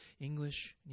English